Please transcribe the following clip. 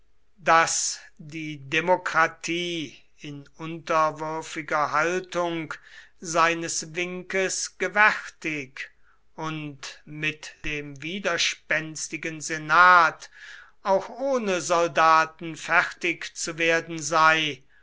daß die demokratie in unterwürfiger haltung seines winkes gewärtig und mit dem widerspenstigen senat auch ohne soldaten fertig zu werden sei